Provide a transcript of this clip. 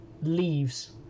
leaves